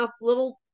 little